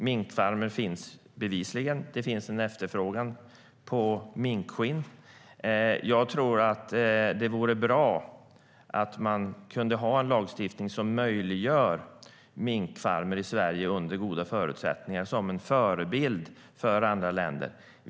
Minkfarmer finns bevisligen, och det finns en efterfrågan på minkskinn. Jag tror att det vore bra att ha en lagstiftning som möjliggör minkfarmer i Sverige under goda förutsättningar, som en förebild för andra länder.